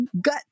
gut